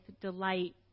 delight